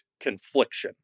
confliction